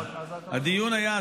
הדיון היה,